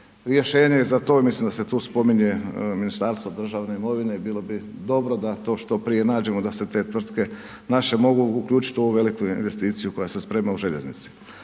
rješenje i za to i mislim da se tu spominje Ministarstvo državne imovine, bilo bi dobro da to što prije nađemo, da se te tvrtke naše mogu uključit u ovu veliku investiciju koja se sprema u željeznici.